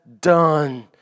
done